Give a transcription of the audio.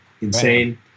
Insane